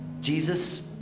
Jesus